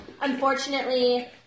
unfortunately